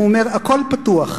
והוא אומר: הכול פתוח,